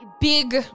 big